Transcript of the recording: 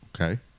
Okay